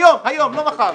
היום ולא מחר.